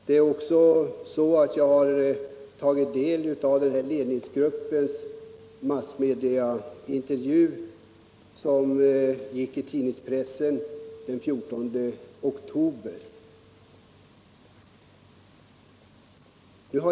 Jag har också tagit del av ledningsgruppens massmediaintervju sådan den stod att läsa i tidningspressen den 14 oktober.